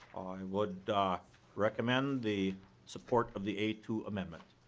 would recommend the support of the a two amendment.